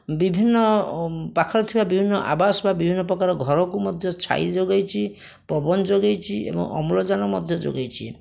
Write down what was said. ବିଭିନ୍ନ ଅ ପାଖରେ ଥିବା ବିଭିନ୍ନ ଆବାସ ବା ବିଭିନ୍ନପ୍ରକାର ଘରକୁ ମଧ୍ୟ ଛାଇ ଯୋଗାଇଛି ପବନ ଯୋଗାଇଛି ଏବଂ ଅମ୍ଳଜାନ ମଧ୍ୟ ଯୋଗାଇଛି